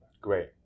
Great